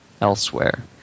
elsewhere